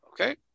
Okay